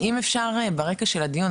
אם אפשר ברקע של הדיון,